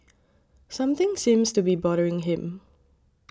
something seems to be bothering him